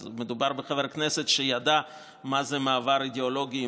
אז מדובר בחבר כנסת שידע מה זה מעבר אידיאולוגי,